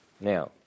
Now